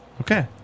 Okay